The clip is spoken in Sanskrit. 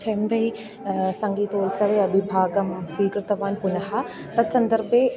चेम्बै सङ्गीतोत्सवे अपि भागं स्वीकृतवान् पुनः तत्सन्दर्भे